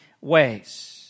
ways